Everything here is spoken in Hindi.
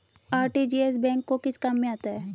आर.टी.जी.एस बैंक के किस काम में आता है?